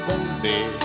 Baby